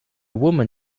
woman